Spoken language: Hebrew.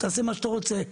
תעשה מה שאתה רוצה".